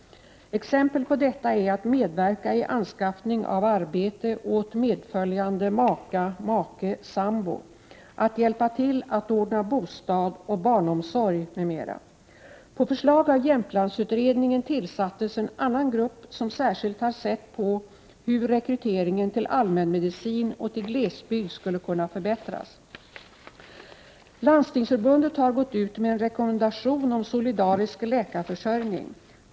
Exempel på detta är att medverka i anskaffning av arbete åt medföljande maka sambo, att hjälpa till att ordna bostad och barntillsyn m.m. På förslag av Jämtlandsutredningen tillsattes en annan grupp som särskilt har sett på hur rekryteringen till allmänmedicin och till glesbygd skulle kunna förbättras. Landstingsförbundet har gått ut med en rekommendation om solidarisk läkarförsörjning.